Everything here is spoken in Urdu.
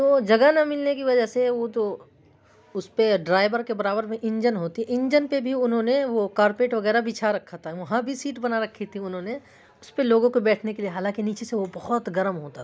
تو جگہ نہ ملنے کی وجہ سے وہ تو اس پہ ڈرائیور کے برابر میں انجن ہوتی ہے انجن پہ بھی انہوں نے وہ کارپیٹ وغیرہ بچھا رکھا تھا وہاں بھی سیٹ بنا رکھی تھی انہوں نے اس پہ لوگوں کو بیٹھنے کے لیے حالاں کہ نیچے سے وہ بہت گرم ہوتا تھا